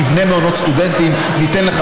תבנה מעונות סטודנטים וניתן לך,